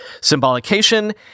Symbolication